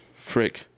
Frick